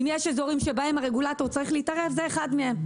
אם יש אזורים שבהם הרגולטור צריך להתערב זה אחד מהם.